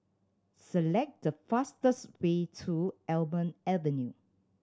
select the fastest way to Almond Avenue